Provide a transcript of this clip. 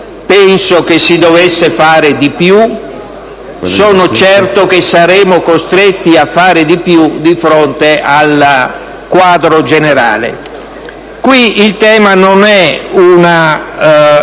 Penso si dovesse fare di più. Sono certo che saremo costretti a fare di più, di fronte al quadro generale. Qui il tema non è una